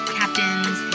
captains